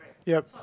yup